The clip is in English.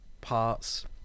Parts